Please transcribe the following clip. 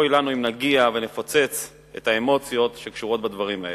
אוי לנו אם נגיע ונפוצץ את האמוציות שקשורות לדברים האלה.